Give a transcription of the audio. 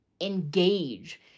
engage